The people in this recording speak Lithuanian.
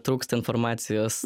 trūksta informacijos